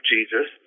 Jesus